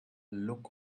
look